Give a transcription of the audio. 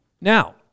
Now